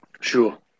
Sure